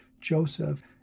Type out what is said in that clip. Joseph